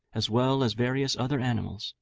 as well as various other animals,